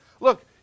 look